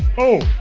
oh,